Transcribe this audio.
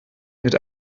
mit